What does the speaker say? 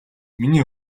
миний